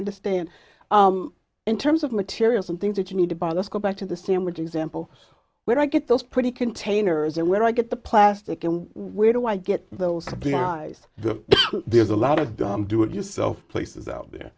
understand in terms of materials and things that you need to buy let's go back to the sandwich example where i get those pretty containers and where i get the plastic and where do i get those supplies there's a lot of dumb do it yourself places out there